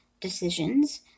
decisions